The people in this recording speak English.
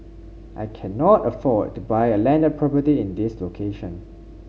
I cannot afford to buy a landed property in this location